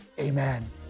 amen